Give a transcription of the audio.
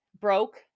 broke